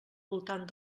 voltant